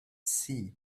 sea